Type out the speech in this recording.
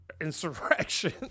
insurrection